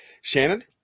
Shannon